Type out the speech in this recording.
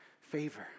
favor